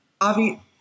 Avi